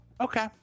Okay